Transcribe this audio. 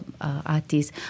artists